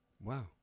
Wow